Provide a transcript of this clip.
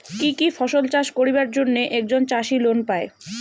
কি কি ফসল চাষ করিবার জন্যে একজন চাষী লোন পায়?